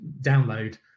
download